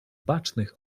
bacznych